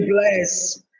bless